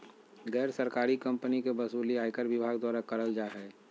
गैर सरकारी कम्पनी के वसूली आयकर विभाग द्वारा करल जा हय